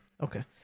okay